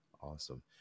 Awesome